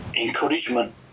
encouragement